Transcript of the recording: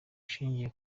ushingiye